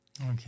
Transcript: Okay